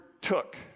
took